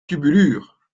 tubulure